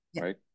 right